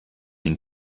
den